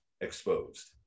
Exposed